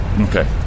Okay